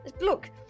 look